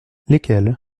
lesquelles